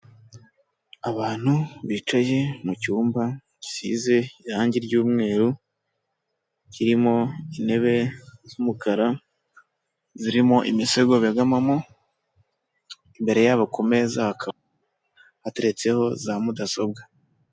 Abantu bicaye mu cyumba gisize irangi ry'umweru, kirimo intebe z'umukara zirimo imisego begamamo, imbere yabo ku meza hakaba hateretseho za mudasobwa.